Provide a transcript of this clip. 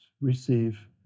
receive